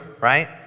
right